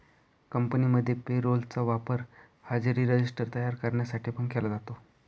कंपनीमध्ये payroll चा वापर हजेरी रजिस्टर तयार करण्यासाठी पण केला जातो